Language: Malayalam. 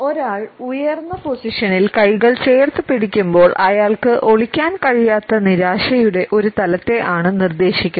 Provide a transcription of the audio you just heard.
ഒരാൾ ഉയർന്ന സ്ഥാനത്ത് കൈകൾ ചേർത്തുപിടിക്കുമ്പോൾ അയാൾക്ക് ഒളിക്കാൻ കഴിയാത്ത നിരാശയുടെ ഒരു തലത്തെ ആണ് നിർദ്ദേശിക്കുന്നത്